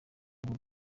bwoba